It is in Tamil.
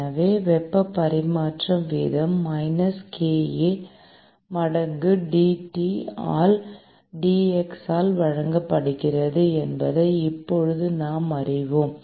எனவே வெப்பப் பரிமாற்ற வீதம் மைனஸ் kA மடங்கு dT ஆல் dx ஆல் வழங்கப்படுகிறது என்பதை இப்போது நாம் அறிவோம்